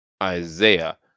Isaiah